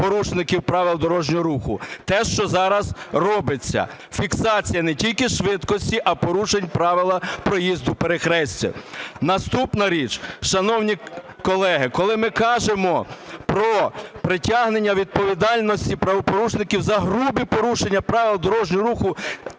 Те, що зараз робиться: фіксація не тільки швидкості, а порушень правил проїзду перехрестя. Наступна річ. Шановні колеги, коли ми кажемо про притягнення до відповідальності правопорушників за грубі порушення правил дорожнього руху,